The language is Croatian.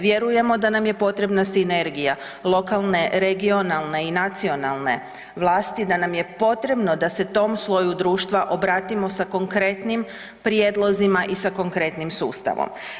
Vjerujemo da nam je potrebna sinergija lokalne, regionalne i nacionalne vlasti, da nam je potrebno da se tom sloju društva obratimo sa konkretnim prijedlozima i sa konkretnim sustavom.